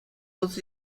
was